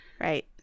Right